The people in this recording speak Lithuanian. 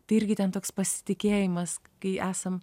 tai irgi ten toks pasitikėjimas kai esam